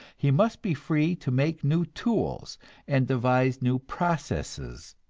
he must be free to make new tools and devise new processes.